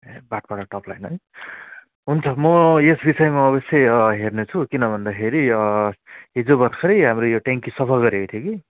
Bhatpada tap line है हुन्छ म यस विषयमा अवश्यै हेर्नेछु किन भन्दाखेरि हिजो भर्खरै हाम्रो यो ट्याङ्की सफा गरेको थियो कि